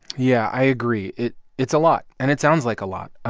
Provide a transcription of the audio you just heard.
yeah, i agree. it it's a lot, and it sounds like a lot. ah